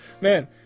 man